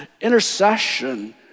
intercession